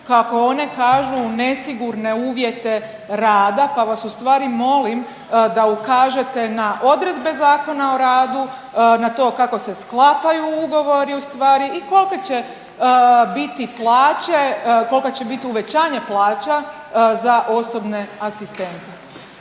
kako one kažu u nesigurne uvjete rada, pa vas u stvari molim da ukažete na odredbe Zakona o radu, na to kako se sklapaju ugovori u stvari i kolike će biti plaće, kolika će biti uvećanja plaća za osobne asistente.